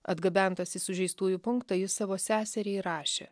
atgabentas į sužeistųjų punktą jis savo seseriai rašė